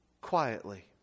quietly